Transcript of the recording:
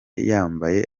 yambaye